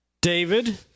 David